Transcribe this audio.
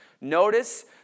Notice